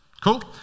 Cool